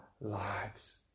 lives